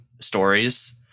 stories